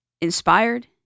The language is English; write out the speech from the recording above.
Inspired